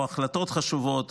או החלטות חשובות,